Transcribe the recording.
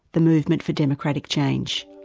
the movement for democratic change.